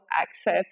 access